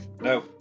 No